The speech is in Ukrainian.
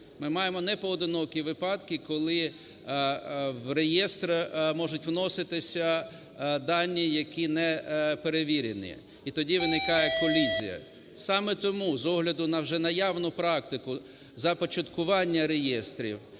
Ми маємо непоодинокі випадки, коли в реєстр можуть вноситися дані, які не перевірені, і тоді виникає колізія. Саме тому, з огляду на вже наявну практику започаткування реєстрів,